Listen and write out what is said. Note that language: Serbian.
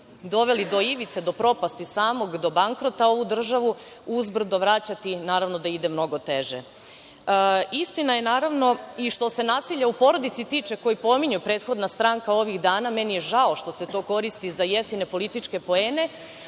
doveli do ivice, do propasti, do bankrota ovu državu, uzbrdo vraćati i naravno da ide mnogo teže. Istina je naravno, što se nasilja u porodici tiče, a koji pominje prethodna stranka ovih dana. Meni je žao što se to koristi za jeftine političke poene,